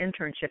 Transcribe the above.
internship